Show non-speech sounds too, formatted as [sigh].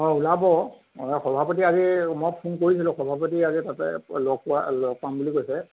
অঁ ওলাব [unintelligible] সভাপতি আজি মই ফোন কৰিছিলোঁ সভাপতি আজি তাতে লগ পোৱা লগ পাম বুলি কৈছে